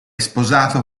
sposato